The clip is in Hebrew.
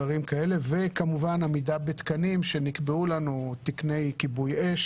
וכמובן עמידה בתקנים שנקבעו לנו, תקני כיבוי אש